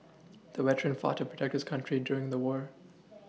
the veteran fought to protect his country during the war